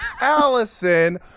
allison